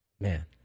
Man